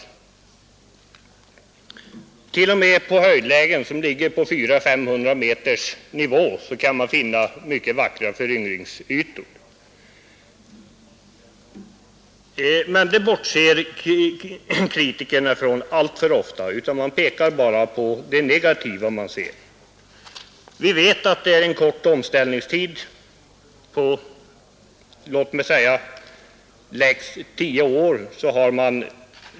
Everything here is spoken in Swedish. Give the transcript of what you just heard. Vi kan t.o.m. i höjdlägen, på en nivå av 400-500 m, finna mycket vackra föryngringsytor. Men det bortser kritikerna alltför ofta från och pekar bara på det negativa de ser. Vi vet att omställningstiden är kort.